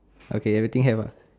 okay everything have uh